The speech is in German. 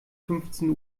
fünfzehn